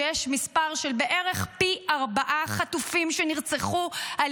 שיש מספר של פי ארבעה חטופים שנרצחו על